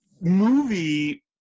movie